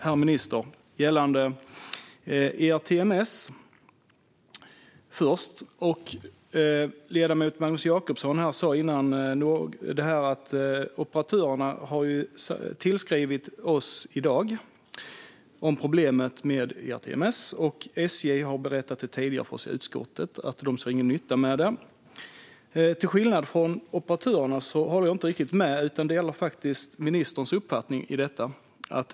Den första gäller ERTMS. Ledamoten Jacobsson tog tidigare upp att operatörerna i dag har skrivit till oss om problemet med ERTMS. SJ har tidigare berättat i utskottet att man inte ser någon nytta med detta. Jag håller inte riktigt med operatörerna utan delar faktiskt ministerns uppfattning.